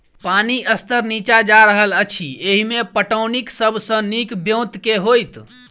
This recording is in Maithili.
पानि स्तर नीचा जा रहल अछि, एहिमे पटौनीक सब सऽ नीक ब्योंत केँ होइत?